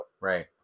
Right